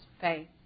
faith